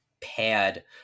pad